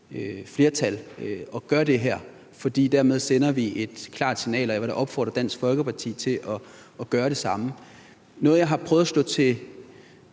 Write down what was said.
flertal, og gør det her, fordi vi dermed sender et klart signal, og jeg vil da opfordre Dansk Folkeparti til at gøre det samme. Noget, jeg har prøvet at slå på